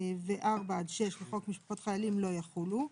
ו-(4) עד (6) לחוק משפחות חיילים לא יחולו,